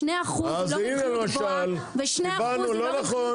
2% זה לא רווחיות גבוהה,